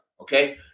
okay